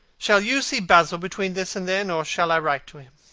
shall you see basil between this and then? or shall i write to him?